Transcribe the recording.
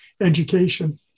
education